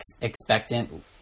expectant